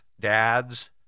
dads